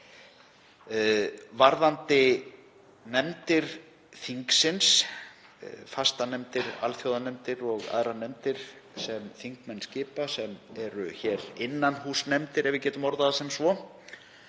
Varðandi nefndir þingsins, fastanefndir, alþjóðanefndir og aðrar nefndir sem þingmenn skipa, innanhússnefndir ef við getum orðað það sem svo,